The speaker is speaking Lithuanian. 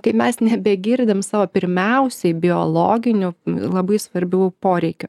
kai mes nebegirdim savo pirmiausiai biologinių labai svarbių poreikių